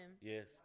Yes